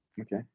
Okay